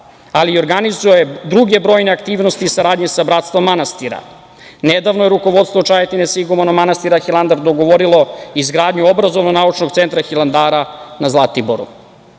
ali i organizuje druge brojne aktivnosti i saradnji sa bratstvom manastira. Nedavno je rukovodstvo Čajetine sa igumanom manastira Hilandar dogovorilo izgradnju obrazovno-naučnog centra Hilandara na Zlatiboru